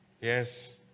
Yes